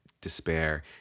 despair